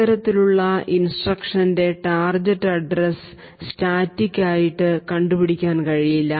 ഇത്തരത്തിലുള്ള ഇൻസ്ട്രുക്ഷൻറെ target address static ആയിട്ട് കണ്ടുപിടിക്കാൻ കഴിയില്ല